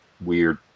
weird